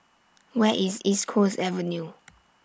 Where IS East Coast Avenue